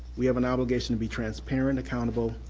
we have an obligation to be transparent, accountable,